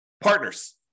Partners